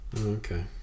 Okay